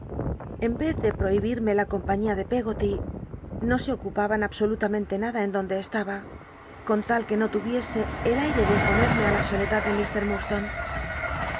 en vez de prohibirme la compaiíia de peggoty no se ocupaban absolutamnntc nada en donde estaba con tal que no tuviese el aire de imponerme í la soledad cll